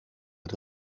het